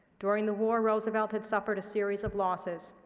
during the war, roosevelt had suffered a series of losses.